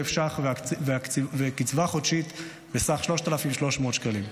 שקלים וקצבה חודשית בסך 3,300 שקלים.